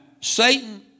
Satan